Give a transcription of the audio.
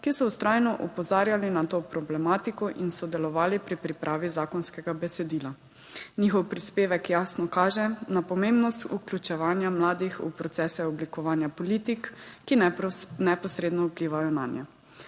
ki so vztrajno opozarjali na to problematiko in sodelovali pri pripravi zakonskega besedila. Njihov prispevek jasno kaže na pomembnost vključevanja mladih v procese oblikovanja politik, ki neposredno vplivajo nanje.